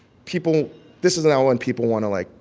people this is now when people want to, like,